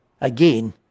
Again